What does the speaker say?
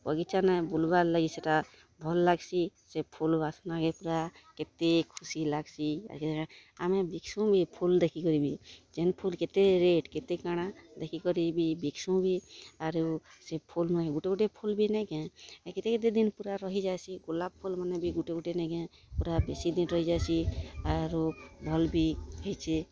ବଗିଚାନେ ବୁଲ୍ବାର୍ ଲାଗି ସେଟା ଭଲ୍ ଲାଗ୍ସି ସେ ଫୁଲ୍ ବସ୍ନାକେ ପୁରା କେତେ ଖୁସି ଲାଗ୍ସି ଆମେ ବିକ୍ସୁଁ ବି ଫୁଲ୍ ଦେଖିକରି ବି କେନ୍ ଫୁଲ୍ କେତେ ରେଟ୍ କେତେ କାଣା ଦେଖିକରି ବି ବିକ୍ସୁଁ ବି ଆରୁ ସେ ଫୁଲ୍ ମାନ୍କେ ଗୁଟେ ଗୁଟେ ଫୁଲ୍ ବି ନେଇଁ କେଁ କେତେ କେତେ ଦିନ୍ ପୁରା ରହିଯାଏସି ଗୁଳାପ୍ ଫୁଲ୍ ମାନେ ବି ଗୁଟେ ଗୁଟେ ନେଇଁ କେଁ ପୁରା ବେଶୀ ଦିନ୍ ରହିଯାଏସି ଆରୁ ଭଲ୍ ବି ହେଇଛେ